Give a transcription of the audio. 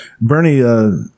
Bernie